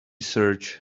search